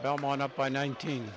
belmont up by nineteen